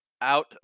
out